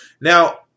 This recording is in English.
Now